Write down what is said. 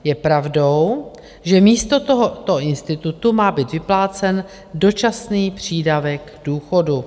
Je pravdou, že místo tohoto institutu má být vyplácen dočasný přídavek k důchodu.